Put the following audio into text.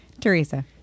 Teresa